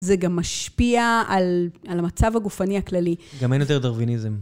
זה גם משפיע על המצב הגופני הכללי. גם אין יותר דרוויניזם.